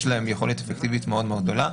להם יכולת אפקטיבית מאוד מאוד גדולה,